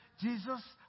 Jesus